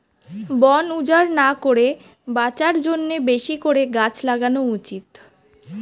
বন উজাড় না করে বাঁচার জন্যে বেশি করে গাছ লাগানো উচিত